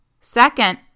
Second